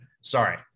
Sorry